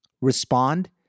respond